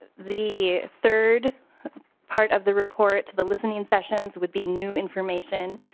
the third part of the report the listening sessions will be new information.